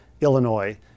Illinois